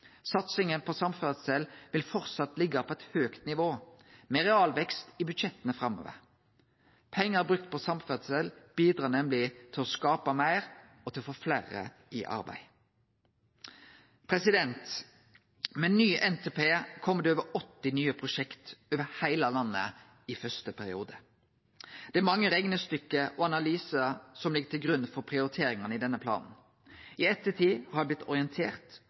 Satsinga på samferdsel vil framleis liggje på eit høgt nivå, med realvekst i budsjetta framover. Pengar som blir brukte på samferdsel, bidreg nemleg til å skape meir og til å få fleire i arbeid. Med ny NTP kjem det over 80 nye prosjekt over heile landet i første periode. Det er mange regnestykke og analysar som ligg til grunn for prioriteringane i denne planen. I ettertid har eg vorte orientert